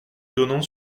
donnant